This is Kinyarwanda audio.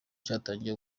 cyatangiye